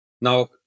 Now